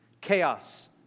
chaos